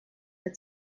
der